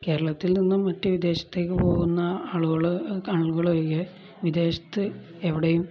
കേരളത്തിൽ നിന്നും മറ്റു വിദേശത്തേക്കു പോകുന്ന ആളുകള് ആളുകളൊഴികെ വിദേശത്ത് എവിടെയും